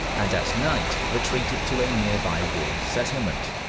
at at night retreated to a nearby walled settlement.